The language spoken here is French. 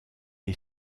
est